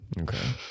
okay